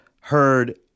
heard